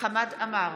חמד עמאר,